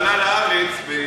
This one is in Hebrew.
כשעלה לארץ,